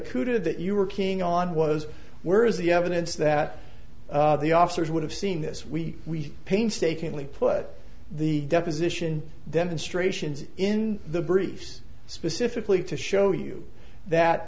outred that you were king on was where is the evidence that the officers would have seen this we painstakingly put the deposition demonstrations in the briefs specifically to show you that